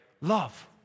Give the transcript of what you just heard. Love